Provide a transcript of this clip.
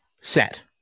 set